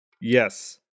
Yes